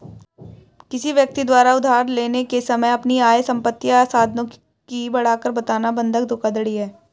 किसी व्यक्ति द्वारा उधार लेने के समय अपनी आय, संपत्ति या साधनों की बढ़ाकर बताना बंधक धोखाधड़ी है